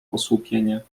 osłupienie